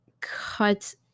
cut